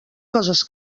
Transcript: coses